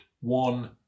One